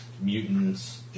mutants